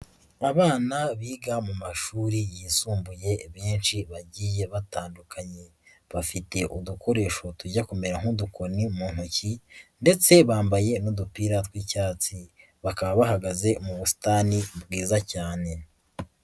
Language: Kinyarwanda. Abana biga mu mashuri yisumbuye benshi bagiye batandukanye, bafite udukoresho tujya kumera nk'udukoni mu ntoki ndetse bambaye n'udupira tw'icyatsi, bakaba bahagaze mu busitani bwiza cyane.